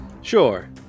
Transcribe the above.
Sure